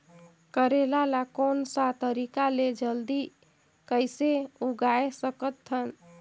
करेला ला कोन सा तरीका ले जल्दी कइसे उगाय सकथन?